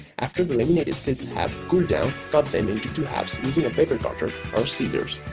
after the laminated sheets have cooled down cut them into two halves using a paper cutter or scissors.